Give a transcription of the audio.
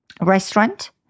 restaurant